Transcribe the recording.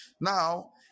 Now